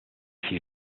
few